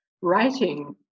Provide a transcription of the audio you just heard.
writing